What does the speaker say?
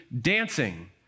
dancing